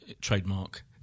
trademark